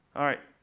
all right,